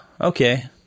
Okay